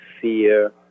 fear